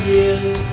Years